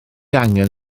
angen